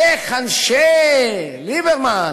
איך אנשי ליברמן,